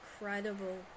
incredible